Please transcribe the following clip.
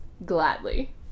Gladly